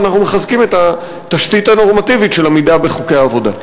ואנחנו מחזקים את התשתית הנורמטיבית של עמידה בחוקי העבודה.